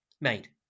made